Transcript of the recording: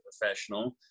professional